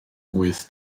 wyth